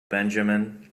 benjamin